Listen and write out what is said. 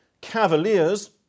Cavaliers